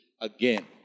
again